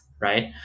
right